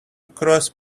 cross